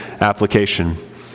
application